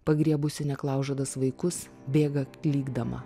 pagriebusi neklaužadas vaikus bėga klykdama